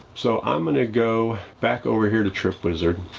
so i'm gonna go back over here to trip wizard.